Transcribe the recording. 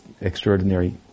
extraordinary